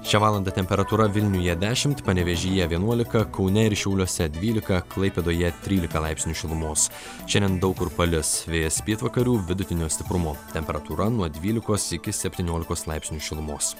šią valandą temperatūra vilniuje dešimt panevėžyje vienuolika kaune ir šiauliuose dvylika klaipėdoje trylika laipsnių šilumos šiandien daug kur palis vėjas pietvakarių vidutinio stiprumo temperatūra nuo dvylikos iki septyniolikos laipsnių šilumos